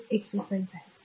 तर मला हे स्वच्छ करू द्या